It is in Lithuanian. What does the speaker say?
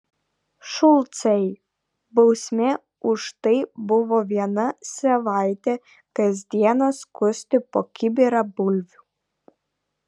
šulcai bausmė už tai buvo vieną savaitę kas dieną skusti po kibirą bulvių